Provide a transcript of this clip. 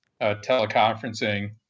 teleconferencing